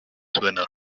winner